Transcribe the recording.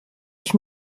ich